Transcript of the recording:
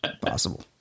Possible